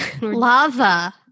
Lava